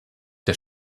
der